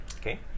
Okay